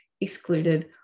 excluded